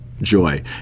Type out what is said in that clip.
Joy